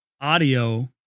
audio